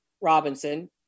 Robinson